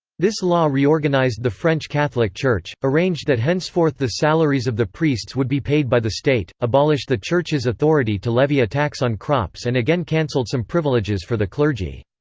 this law reorganized the french catholic church, arranged that henceforth the salaries of the priests would be paid by the state, abolished the church's authority to levy a tax on crops and again cancelled some privileges for the clergy.